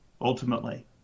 ultimately